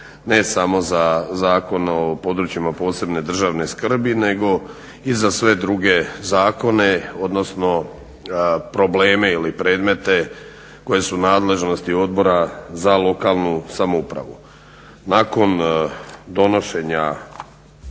ne samo za Zakon o područjima posebne državne skrbi nego i za sve druge zakone, odnosno probleme ili predmete koji su u nadležnosti Odbora za lokalnu samoupravu. Nakon donošenja